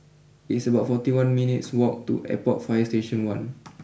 it's about forty one minutes walk to Airport fire Station one